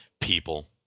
People